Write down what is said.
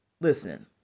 Listen